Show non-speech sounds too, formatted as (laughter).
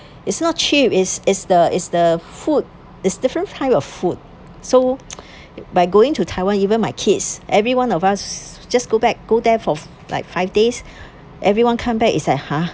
it's not cheap it is the the food is different kind of food so (noise) (breath) by going to taiwan even my kids everyone of us just go back go there for like five days (breath) everyone come back it's like !huh!